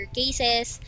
cases